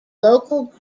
local